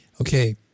Okay